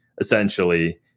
essentially